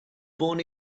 born